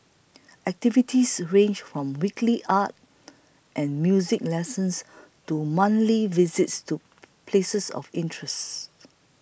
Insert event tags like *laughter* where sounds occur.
activities range from weekly art and music lessons to monthly visits to *noise* places of interests